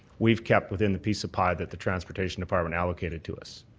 we've kept within the piece of pie that the transportation departmental indicated to us.